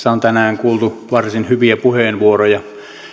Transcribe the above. on tänään kuultu varsin hyviä puheenvuoroja